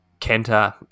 Kenta